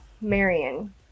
Marion